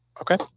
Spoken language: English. Okay